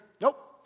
Nope